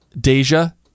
Deja